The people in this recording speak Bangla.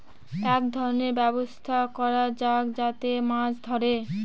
এক ধরনের ব্যবস্থা করা যাক যাতে মাছ ধরে